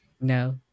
no